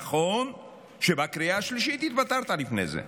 נכון שבקריאה השלישית התפטרת לפני זה.